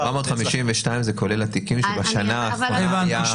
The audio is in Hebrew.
452 זה כולל התיקים שבשנה האחרונה --- הבנתי.